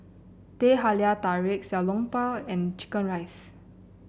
Teh Halia Tarik Xiao Long Bao and chicken rice